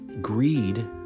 Greed